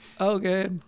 Okay